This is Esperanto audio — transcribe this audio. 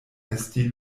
esti